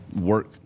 work